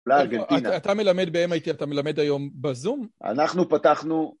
לארגנטינה. אתה מלמד באמ.אי.טי, אתה מלמד היום בזום? אנחנו פתחנו...